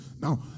now